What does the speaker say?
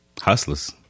hustlers